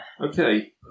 Okay